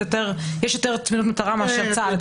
יש יותר צמידות מטרה מאשר לצה"ל.